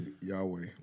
Yahweh